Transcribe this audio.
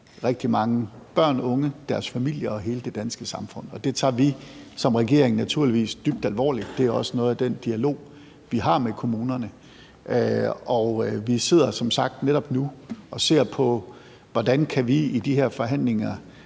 rigtig mange børn og unge, deres familier og hele det danske samfund, og det tager vi som regering naturligvis dybt alvorligt. Det er også noget af den dialog, vi har med kommunerne. Vi sidder som sagt netop nu og ser på, hvordan vi i de her forhandlinger